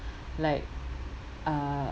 like uh